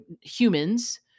humans